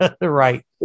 Right